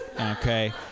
Okay